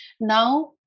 Now